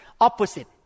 Opposite